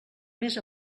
més